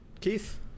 Keith